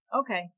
Okay